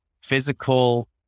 physical